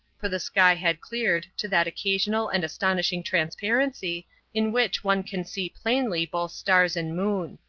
for the sky had cleared to that occasional and astonishing transparency in which one can see plainly both stars and moon.